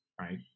right